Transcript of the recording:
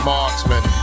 Marksman